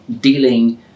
dealing